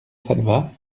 salva